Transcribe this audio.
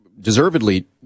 deservedly